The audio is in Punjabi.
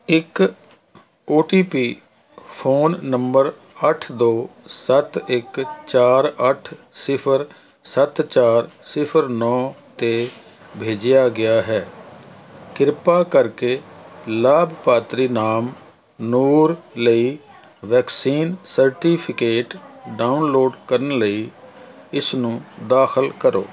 ਇੱਕ O T P phone number ਅੱਠ ਦੋ ਸੱਤ ਇੱਕ ਚਾਰ ਅੱਠ ਸਿਫ਼ਰ ਸੱਤ ਚਾਰ ਸਿਫ਼ਰ ਨੌਂ 'ਤੇ ਭੇਜਿਆ ਗਿਆ ਹੈ ਕਿਰਪਾ ਕਰਕੇ ਲਾਭਪਾਤਰੀ ਨਾਮ ਨੂਰ ਲਈ ਵੈਕਸੀਨ ਸਰਟੀਫਿਕੇਟ ਡਾਊਨਲੋਡ ਕਰਨ ਲਈ ਇਸਨੂੰ ਦਾਖਲ ਕਰੋ